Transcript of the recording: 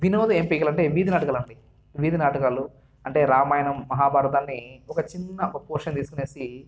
వినోద ఎంపికలు అంటే వీధి నాటకాలండి వీధి నాటకాలు అంటే రామాయణం మహాభారతాన్ని ఒక చిన్న ఒక పోర్షన్ తీసుకునేసి